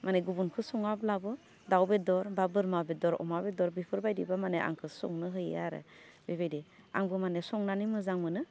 माने गुबुनखौ संङाब्लाबो दाउ बेदर बा बोरमा बेदर अमा बेदर बेफोरबायदिबा माने आंखौ संनो होयो आरो बेबायदि आंबो माने संनानै मोजां मोनो